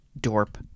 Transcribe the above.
Dorp